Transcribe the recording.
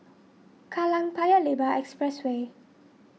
Kallang Paya Lebar Expressway